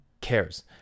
cares